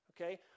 Okay